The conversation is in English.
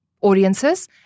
audiences